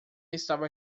estava